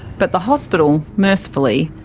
but the hospital, mercifully,